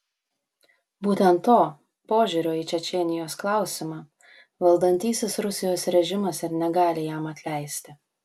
būtent to požiūrio į čečėnijos klausimą valdantysis rusijos režimas ir negali jam atleisti